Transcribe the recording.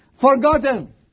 Forgotten